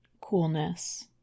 coolness